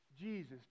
Jesus